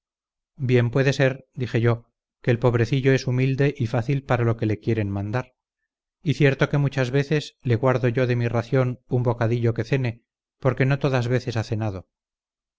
bien puede ser dije yo que el pobrecillo es humilde y fácil para lo que le quieren mandar y cierto que muchas veces le guardo yo de mi ración un bocadillo que cene porque no todas veces ha cenado